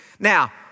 Now